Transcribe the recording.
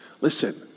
Listen